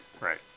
Right